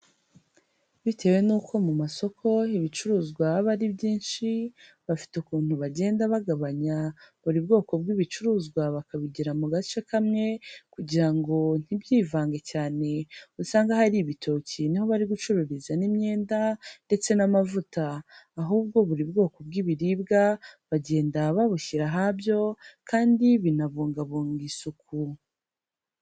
Bitewe nuko mu masoko ibicuruzwaba aba ari byinshi, bafite ukuntu bagenda bagabanya. Buri bwoko bw'ibicuruzwa bakabigira mu gace kamwe, kugira ngo ntibyivange cyane usange ahari ibitoki ni na ho barigucururiza n'imyenda, ndetse n'amavuta. Ahubwo buri bwoko bw'ibiribwa bagenda babushyira ahabyo kandi binabungabunga isuku.